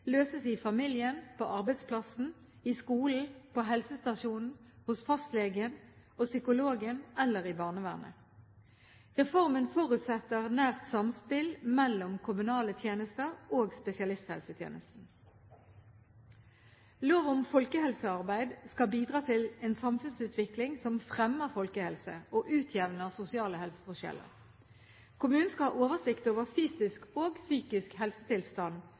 løses i familien, på arbeidsplassen, i skolen, på helsestasjonen, hos fastlegen og psykologen eller i barnevernet. Reformen forutsetter nært samspill mellom kommunale tjenester og spesialisthelsetjenesten. Lov om folkehelsearbeid skal bidra til en samfunnsutvikling som fremmer folkehelse og utjevner sosiale helseforskjeller. Kommunen skal ha oversikt over fysisk og psykisk helsetilstand